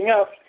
up